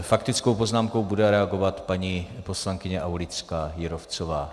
Faktickou poznámkou bude reagovat paní poslankyně Aulická Jírovcová.